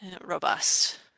robust